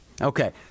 Okay